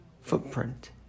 footprint